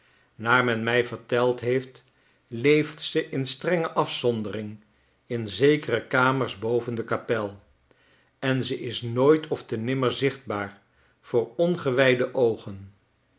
naar men mij verteld heeft leeft ze in strenge afzondering in zekere kamers boven de kapel en is ze nooit ofte nimmer zichtbaar voor ongewijde oogen